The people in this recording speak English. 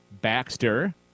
Baxter